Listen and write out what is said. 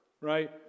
right